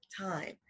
time